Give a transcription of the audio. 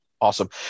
Awesome